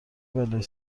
بلایی